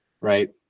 Right